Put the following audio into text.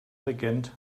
regent